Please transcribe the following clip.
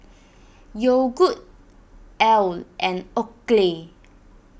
Yogood Elle and Oakley